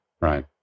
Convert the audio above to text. right